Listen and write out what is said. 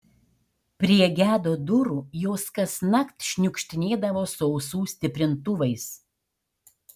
prie gedo durų jos kasnakt šniukštinėdavo su ausų stiprintuvais